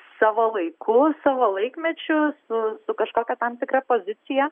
savo laiku savo laikmečiu su su kažkokia tam tikra pozicija